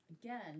again